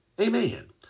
Amen